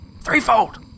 Threefold